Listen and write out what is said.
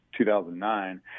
2009